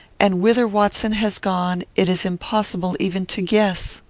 and whither watson has gone it is impossible even to guess.